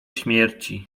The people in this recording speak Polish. śmierci